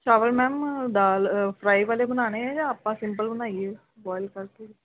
ਚਾਵਲ ਮੈਮ ਦਾਲ ਫਰਾਈ ਵਾਲੇ ਬਣਾਉਣੇ ਹੈ ਜਾਂ ਆਪਾਂ ਸਿੰਪਲ ਵਾਲੇ ਬਣਾਈਏ ਬੋਇਲ ਕਰਕੇ